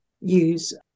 use